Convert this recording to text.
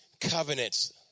covenants